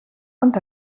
und